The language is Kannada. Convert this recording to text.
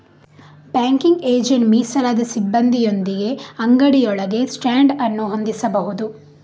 ಬ್ಯಾಂಕಿಂಗ್ ಏಜೆಂಟ್ ಮೀಸಲಾದ ಸಿಬ್ಬಂದಿಯೊಂದಿಗೆ ಅಂಗಡಿಯೊಳಗೆ ಸ್ಟ್ಯಾಂಡ್ ಅನ್ನು ಹೊಂದಿಸಬಹುದು